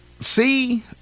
see